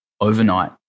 overnight